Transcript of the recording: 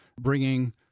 bringing